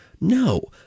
No